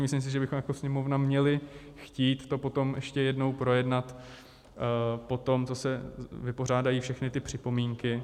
Myslím si, že bychom jako Sněmovna měli chtít to potom ještě jednou projednat poté, co se vypořádají všechny ty připomínky.